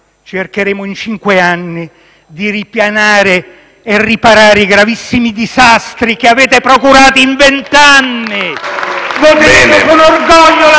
cercheremo in cinque anni di ripianare e riparare i gravissimi disastri che avete procurato in vent'anni. *(Applausi dal